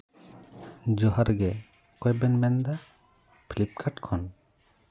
ᱡᱚᱦᱟᱨ ᱜᱮ ᱚᱠᱚᱭ ᱵᱮᱱ ᱢᱮᱱᱫᱟ ᱯᱷᱤᱞᱤᱯᱠᱟᱨᱴ ᱠᱷᱚᱱ